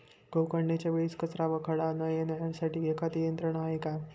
गहू काढणीच्या वेळी कचरा व खडा न येण्यासाठी एखादी यंत्रणा आहे का?